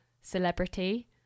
celebrity